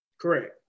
Correct